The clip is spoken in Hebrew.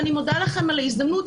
אני מודה לכם על ההזדמנות.